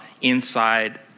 inside